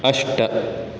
अष्ट